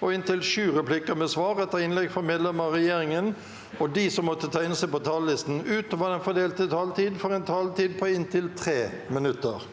og inntil sju replikker med svar etter innlegg fra medlemmer av regjeringen, og de som måtte tegne seg på talerlisten utover den fordelte taletid, får en taletid på inntil 3 minutter.